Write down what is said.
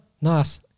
Nice